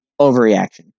overreaction